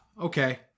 Okay